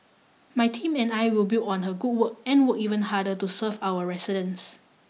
my team and I will build on her good work and work even harder to serve our residents